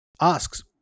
asks